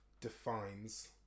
defines